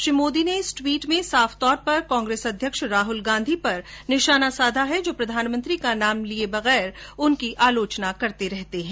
श्री मोदी ने इस ट्वीट में साफतौर पर कांग्रेस अध्यक्ष राहुल गांधी पर निशाना साधा है जो प्रधानमंत्री का नाम लिये बिना उनकी आलोचना करते रहे हैं